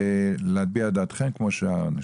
ולהביע דעתכם כמו שאר האנשים.